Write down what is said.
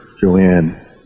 Joanne